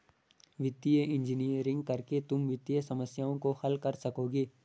वित्तीय इंजीनियरिंग करके तुम वित्तीय समस्याओं को हल कर सकोगे